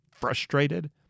frustrated